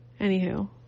anywho